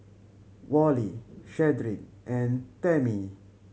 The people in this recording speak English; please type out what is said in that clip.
Wally Shedrick and Tammy